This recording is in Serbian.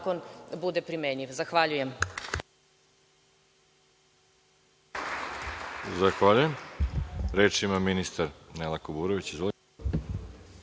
zakon bude primenljiv. Zahvaljujem.